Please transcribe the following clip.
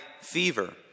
fever